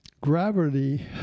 gravity